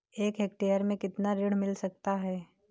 एक हेक्टेयर में कितना ऋण मिल सकता है?